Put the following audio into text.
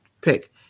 pick